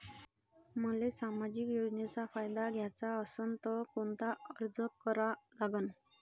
मले सामाजिक योजनेचा फायदा घ्याचा असन त कोनता अर्ज करा लागन?